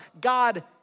God